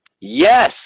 Yes